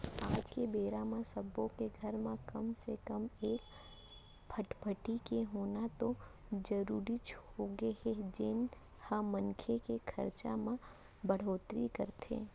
आज के बेरा म सब्बो के घर म कम से कम एक फटफटी के होना तो जरूरीच होगे हे जेन ह मनखे के खरचा म बड़होत्तरी करथे